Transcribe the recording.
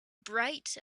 bright